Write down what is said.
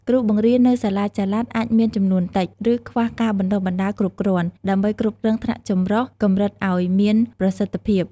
គ្រូបង្រៀននៅសាលាចល័តអាចមានចំនួនតិច ឬខ្វះការបណ្ដុះបណ្ដាលគ្រប់គ្រាន់ ដើម្បីគ្រប់គ្រងថ្នាក់ចម្រុះកម្រិតអោយមានប្រសិទ្ធភាព។